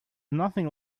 nothing